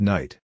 Night